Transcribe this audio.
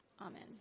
Amen